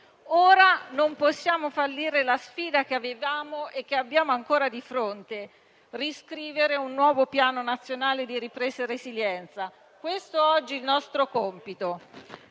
Ora non possiamo fallire la sfida che avevamo e che abbiamo ancora di fronte: riscrivere un nuovo Piano nazionale di ripresa e resilienza. Questo oggi è il nostro compito.